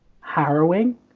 harrowing